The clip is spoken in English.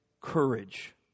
courage